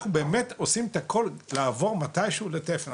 אנחנו באמת עושים את הכל לעבור מתי שהוא לתפן.